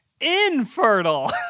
infertile